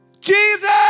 Jesus